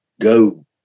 go